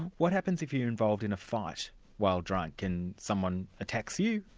what happens if you're involved in a fight while drunk, and someone attacks you?